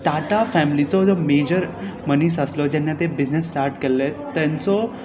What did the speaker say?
टाटा फॅमिलीचो जो मेजर मनीस आसलो जेन्ना ते बिजनस स्टार्ट केल्लें तांचो